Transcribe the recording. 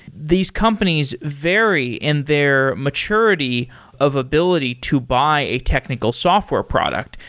these companies vary in their maturity of ability to buy a technical software product.